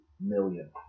million